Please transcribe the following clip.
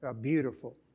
beautiful